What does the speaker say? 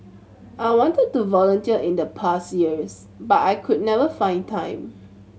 I wanted to volunteer in the past years but I could never find time